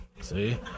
see